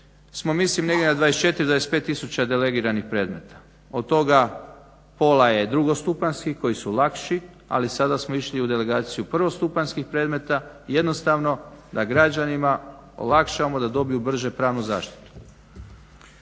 smo mislim negdje na 24, 25000 delegiranih predmeta. Od toga pola je drugostupanjskih koji su lakši, ali sada smo išli u delegaciju prvostupanjskih predmeta jednostavno da građanima olakšamo da dobiju brže pravnu zaštitu.